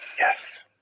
Yes